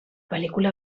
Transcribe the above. pel·lícula